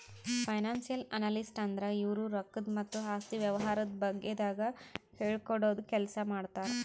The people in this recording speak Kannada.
ಫೈನಾನ್ಸಿಯಲ್ ಅನಲಿಸ್ಟ್ ಅಂದ್ರ ಇವ್ರು ರೊಕ್ಕದ್ ಮತ್ತ್ ಆಸ್ತಿ ವ್ಯವಹಾರದ ಬಗ್ಗೆದಾಗ್ ಹೇಳ್ಕೊಡದ್ ಕೆಲ್ಸ್ ಮಾಡ್ತರ್